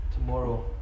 tomorrow